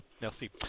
Merci